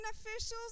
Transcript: officials